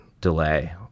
delay